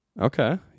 Okay